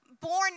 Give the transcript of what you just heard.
born